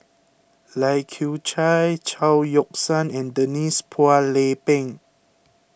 Lai Kew Chai Chao Yoke San and Denise Phua Lay Peng